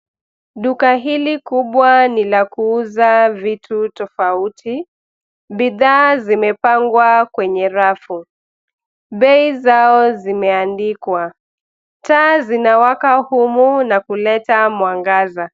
Duka hili kubwa ni la kuuza vitu tofauti. Bidhaa zimepangwa kwenye rafu. Bei zao zimeandikwa. Taa zinawaka huku na kuleta mwangaza.